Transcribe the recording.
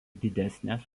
didesnės